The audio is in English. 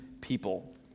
people